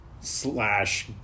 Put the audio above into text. slash